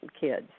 kids